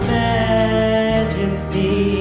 majesty